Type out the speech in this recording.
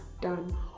done